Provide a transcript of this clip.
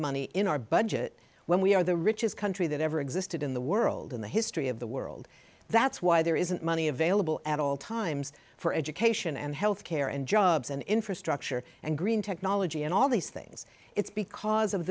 money in our budget when we are the richest country that ever existed in the world in the history of the world that's why there isn't money available at all times for education and health care and jobs and infrastructure and green technology and all these things it's because of